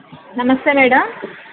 నమస్తే మేడం